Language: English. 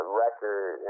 record